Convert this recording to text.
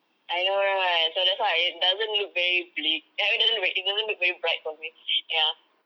I know right so that's why it doesn't look very bleak I mean it doesn't doesn't look very bright for me ya